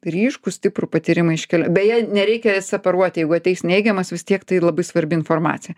ryškų stiprų patyrimą iš ke beje nereikia separuoti jeigu ateis neigiamas vis tiek tai labai svarbi informacija